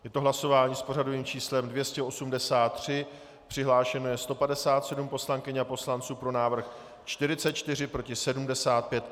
Je to hlasování s pořadovým číslem 283, přihlášeno je 157 poslankyň a poslanců, pro návrh 44, proti 75.